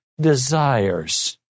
desires